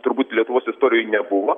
turbūt lietuvos istorijoj nebuvo